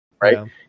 right